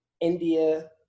India